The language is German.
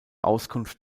auskunft